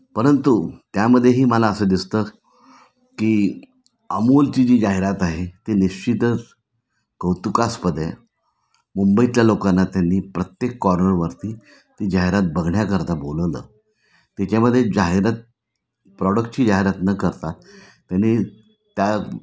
परंतु त्यामध्येही मला असं दिसतं की अमूलची जी जाहिरात आहे ती निश्चितच कौतुकास्पद आहे मुंबईतल्या लोकांना त्यांनी प्रत्येक कॉर्नरवरती ती जाहिरात बघण्याकरता बोलवलं त्याच्यामध्ये जाहिरात प्रॉडक्टची जाहिरात न करता त्यानी त्या